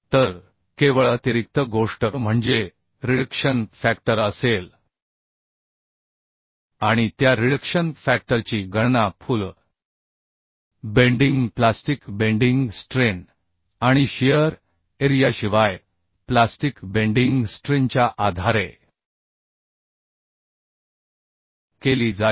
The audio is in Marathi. तर केवळ अतिरिक्त गोष्ट म्हणजे रिडक्शन फॅक्टर असेल आणि त्या रिडक्शन फॅक्टरची गणना full bending plastic bending strain आणि शियर एरियाशिवाय प्लास्टिक बेंडिंग स्ट्रेनच्या आधारे केली जाईल